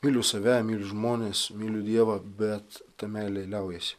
myliu save myliu žmones myliu dievą bet ta meilė liaujasi